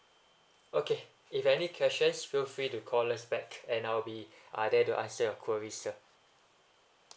okay if any questions feel free to call us back and I'll be there to answer your queries sir